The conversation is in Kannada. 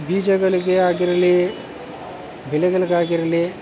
ಬೀಜಗಳಿಗೆ ಆಗಿರಲಿ ಬೆಲೆಗಳ್ಗಾಗಿರ್ಲಿ